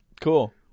Cool